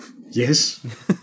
Yes